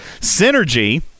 Synergy